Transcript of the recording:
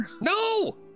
No